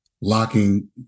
locking